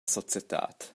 societad